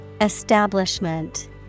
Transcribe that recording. Establishment